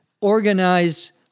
organize